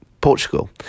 Portugal